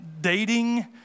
dating